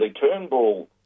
Turnbull